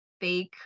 fake